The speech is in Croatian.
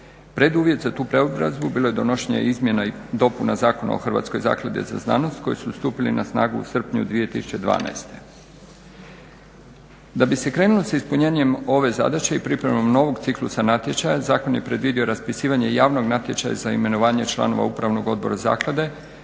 Preduvjet za tu preobrazbu bilo je donošenje izmjena i dopuna Zakona o Hrvatskoj zakladi za znanost koji su stupili na snagu u srpnju 2012. Da bi se krenulo s ispunjenjem ove zadaće i pripremom novog ciklusa natječaja zakon je predvidio raspisivanje javnog natječaja za imenovanje članova upravnog odbora zaklade